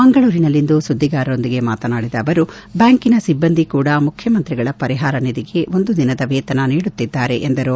ಮಂಗಳೂರಿನಲ್ಲಿಂದು ಸುದ್ದಿಗಾರರೊಂದಿಗೆ ಮಾತನಾಡಿದ ಅವರು ಬ್ಯಾಂಕಿನ ಸಿಬ್ಬಂದಿ ಕೂಡ ಮುಖ್ಚಮಂತ್ರಿಗಳ ಪರಿಹಾರ ನಿಧಿಗೆ ಒಂದು ದಿನದ ವೇತನ ನೀಡುತ್ತಿದ್ದಾರೆ ಎಂದರು